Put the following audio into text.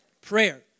Prayer